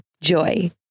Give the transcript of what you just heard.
Joy